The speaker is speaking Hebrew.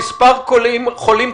אני מדבר על מספר חולים קשים,